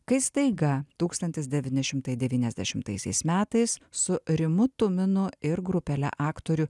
kai staiga tūkstantis devyni šimtai devyniasdešimtaisiais metais su rimu tuminu ir grupele aktorių